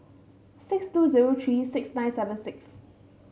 six two zero three six nine seven six